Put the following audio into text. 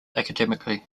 academically